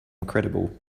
credible